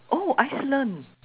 oh Iceland